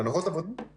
הנחות העבודה של השפעת,